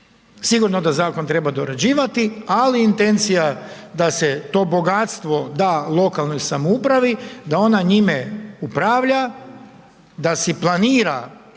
Sigurno da zakon treba dorađivati, ali intencija da se to bogatstvo da lokalnoj samoupravi, da ona njime upravlja, da si planira